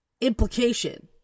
implication